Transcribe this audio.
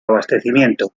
abastecimiento